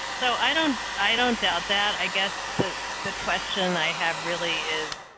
so, i don't, i don't doubt that. i guess the question i have really is.